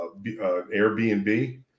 Airbnb